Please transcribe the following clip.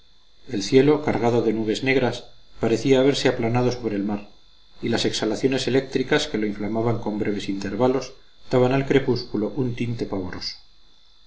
el cielo cargado de nubes negras parecía haberse aplanado sobre el mar y las exhalaciones eléctricas que lo inflamaban con breves intervalos daban al crepúsculo un tinte pavoroso